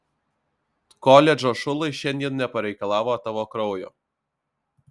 koledžo šulai šiandien nepareikalavo tavo kraujo